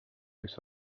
võiks